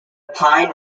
pine